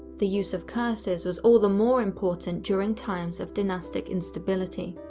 the use of curses was all the more important during times of dynastic instability.